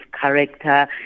character